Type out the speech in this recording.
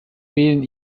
wählen